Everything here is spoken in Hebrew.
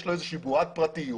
יש לו איזושהי בועת פרטיות.